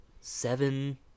Seven